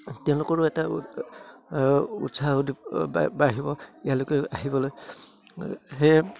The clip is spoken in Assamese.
তেওঁলোকৰো এটা উৎসাহ বাঢ়িব ইয়ালৈকে আহিবলৈ সেয়ে